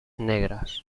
negras